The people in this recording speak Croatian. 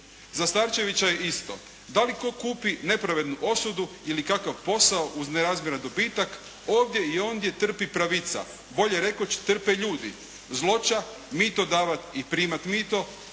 Za Starčevića je isto da li tko kupi nepravednu osudu ili kakav posao uz nerazmjeran dobitak, ovdje i ondje trpi pravica, bolje rekoć trpe ljudi, zloća, mito davat i primat mito